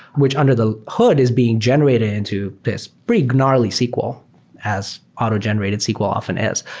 which under the hood is being generated into this big, gnarly sql as auto-generated sql often is.